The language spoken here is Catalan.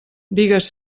digues